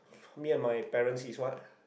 me and my parents is what